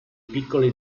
piccole